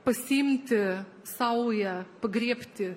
pasiimti saują pagriebti